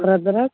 अदरक